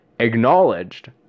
acknowledged